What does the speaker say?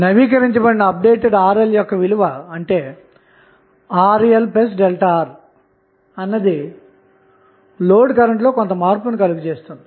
నవీకరించబడిన RL విలువ అంటే RLΔR అన్నది లోడ్ కరెంట్లో మార్పుకు కలగజేస్తుంది